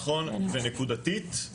נכון, ונקודתית.